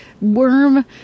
worm